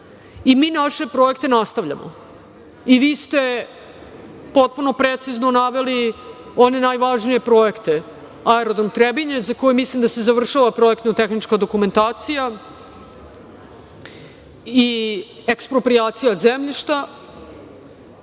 naše projekte nastavljamo. Vi ste potpuno precizno naveli one najvažnije projekte, aerodrom Trebinje, za koji mislim da se završava projektno-tehnička dokumentacija i eksproprijacija zemljišta.